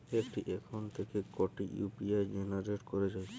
একটি অ্যাকাউন্ট থেকে কটি ইউ.পি.আই জেনারেট করা যায়?